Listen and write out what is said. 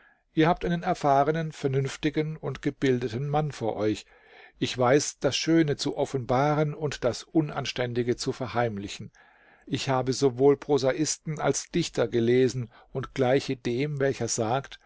ihr habt einen erfahrenen vernünftigen und gebildeten mann vor euch ich weiß das schöne zu offenbaren und das unanständige zu verheimlichen ich habe sowohl prosaisten als dichter gelesen und gleiche dem welcher sagte